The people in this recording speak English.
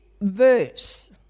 verse